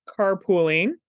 carpooling